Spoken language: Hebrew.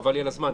כי חבל על הזמן,